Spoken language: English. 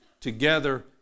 together